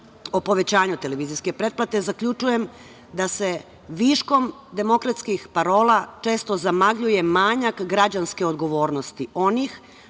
o povećanju televizijske pretplate, zaključujem da se viškom demokratskih parola često zamagljuje manjak građanske odgovornosti onih